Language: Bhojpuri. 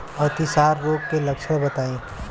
अतिसार रोग के लक्षण बताई?